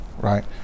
right